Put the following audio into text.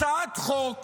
הצעת חוק